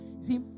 See